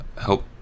help